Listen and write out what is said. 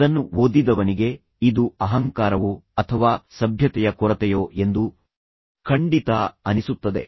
ಅದನ್ನು ಓದಿದವನಿಗೆ ಇದು ಅಹಂಕಾರವೋ ಅಥವಾ ಸಭ್ಯತೆಯ ಕೊರತೆಯೋ ಎಂದು ಖಂಡಿತಾ ಅನಿಸುತ್ತದೆ